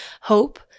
hope